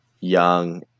young